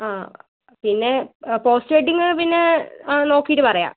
ആ പിന്നെ post wedding പിന്നെ നോക്കിയിട്ട് പറയാം